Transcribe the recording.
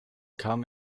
kam